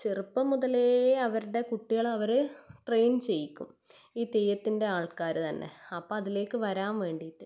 ചെറുപ്പം മുതലേ അവരുടെ കുട്ടികളെ അവർ ട്രെയിൻ ചെയ്യിക്കും ഈ തെയ്യത്തിൻ്റെ ആൾക്കാർ തന്നെ അപ്പോൾ അതിലേക്ക് വരാൻ വേണ്ടിയിട്ട്